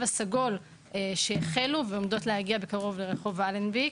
הסגול" שהחלו ועומדות להגיע בקרוב לרחוב אלנבי,